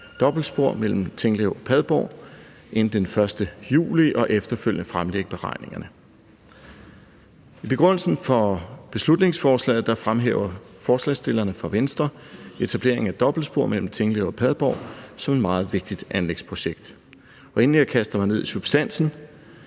dobbeltspor mellem Tinglev og Padborg inden den 1. juli, og efterfølgende skal regeringen fremlægge beregningerne. I begrundelsen for beslutningsforslaget fremhæver forslagsstillerne fra Venstre etableringen af dobbeltspor mellem Tinglev og Padborg som et meget vigtigt anlægsprojekt. Og inden jeg kaster mig ned i substansen,